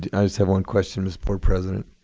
i just have one question, miss board president.